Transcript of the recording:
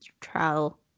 trial